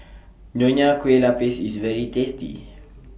Nonya Kueh Lapis IS very tasty